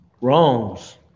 Wrongs